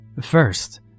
First